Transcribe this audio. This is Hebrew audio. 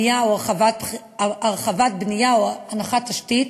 הרחבת בנייה או הנחת תשתית,